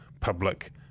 public